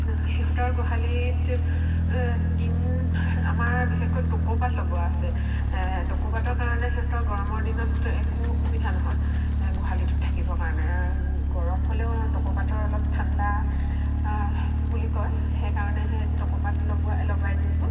সিহঁতৰ গোহালিত টিন আমাৰ বিশেষকৈ টকৌপাত লগোৱা আছে টকৌপাতৰ কাৰণে সিহঁতৰ গৰমৰ দিনত একো অসুবিধা নহয় গোহালিটোত থাকিবৰ কাৰণে গৰম হ'লেও টকৌপাতৰ অলপ ঠাণ্ডা বুলি কয় সেইকাৰণে সেই টকৌপাত লগোৱাই লগাই দিছোঁ